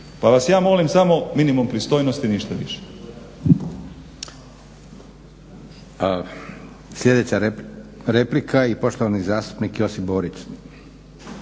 Pa vas ja molim samo minimum pristojnosti i ništa više.